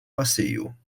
passeio